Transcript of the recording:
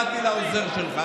באתי לעוזר שלך.